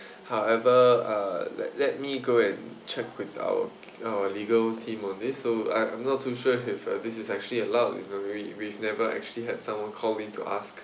however uh let let me go and check with our legal team of this so I I'm not too sure if uh this is actually allowed you know we've we've never actually had someone call in to ask